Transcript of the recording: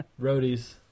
Roadies